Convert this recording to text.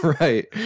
right